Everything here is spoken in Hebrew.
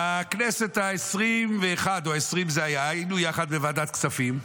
בכנסת העשרים-ואחת או העשרים היינו יחד בוועדת הכספים.